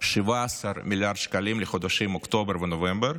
17 מיליארד שקלים לחודשים אוקטובר ונובמבר.